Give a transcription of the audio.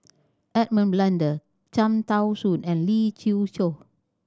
Edmund Blundell Cham Tao Soon and Lee Siew Choh